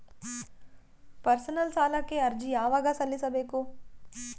Personal ಸಾಲಕ್ಕೆ ಅರ್ಜಿ ಯವಾಗ ಸಲ್ಲಿಸಬೇಕು?